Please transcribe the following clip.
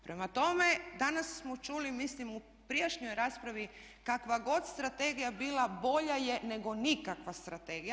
Prema tome, danas smo čuli mislim u prijašnjoj raspravi kakva god strategija bila bolja je nego nikakva strategija.